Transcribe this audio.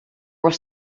was